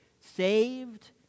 saved